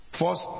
First